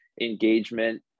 engagement